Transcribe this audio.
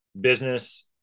business